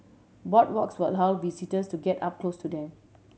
boardwalks will how visitors to get up close to them